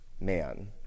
man